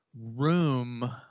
room